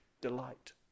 delight